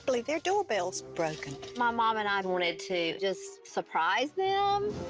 like their doorbell's broken! my mom and i wanted to just surprise them.